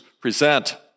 present